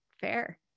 Fair